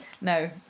no